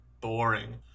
boring